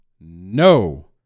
No